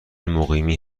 مقیمی